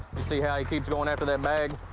see how he keeps going after that bag?